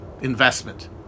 investment